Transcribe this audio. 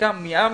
חלקם במיאמי,